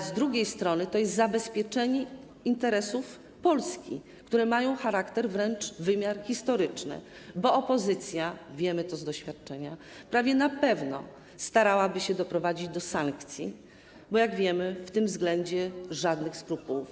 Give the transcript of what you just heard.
ale z drugiej strony to jest zabezpieczenie interesów Polski, które mają charakter, wymiar wręcz historyczny, bo opozycja, wiemy to z doświadczenia, prawie na pewno starałaby się doprowadzić do sankcji, bo jak wiemy, w tym względzie nie ma żadnych skrupułów.